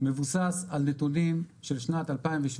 מבוסס על נתונים של שנת 2017,